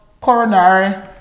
coronary